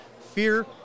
Fear